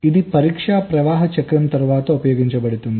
ఇది పరీక్ష ప్రవాహ చక్రం తరువాత ఉపయోగించబడుతుంది